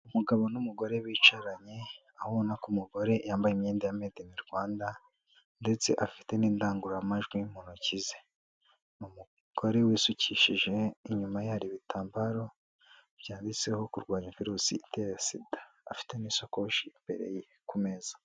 Umugabo n'umugore bicaranye, aho ubona ko umugore yambaye imyenda ya mede ini Rwanda ndetse afite n'indangururamajwi mu ntoki ze, ni umugore wisukishije, inyuma ye hari ibitambaro byanditseho kurwanya virusi itera SIDA, afite n'isakoshi imbere ye ku meza.